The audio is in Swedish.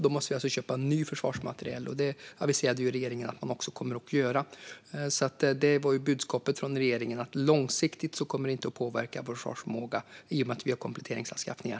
Då måste vi alltså köpa ny försvarsmateriel, och det aviserade regeringen att man också kommer att göra. Budskapet från regeringen är alltså att långsiktigt kommer detta inte att påverka vår försvarsförmåga i och med att vi gör kompletteringsanskaffningar.